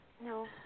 No